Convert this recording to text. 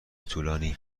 طولانی